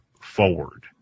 forward